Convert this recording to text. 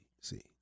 see